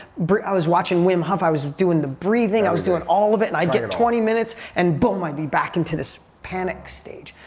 i was watching william huff. i was doing the breathing. i was doing all of it and i'd get twenty minutes and, boom, i'd be back into this panic stage.